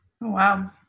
Wow